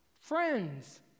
friends